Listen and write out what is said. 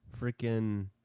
Freaking